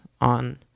on